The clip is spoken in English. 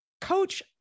coach